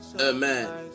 amen